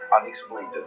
unexplained